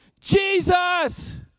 Jesus